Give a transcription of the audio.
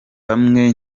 bamwe